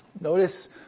Notice